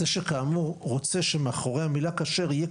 זה שכאמור רוצה שמאחורי המילה כשר יהיה